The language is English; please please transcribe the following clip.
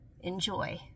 Enjoy